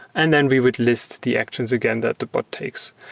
and then we would list the actions again that the bot takes.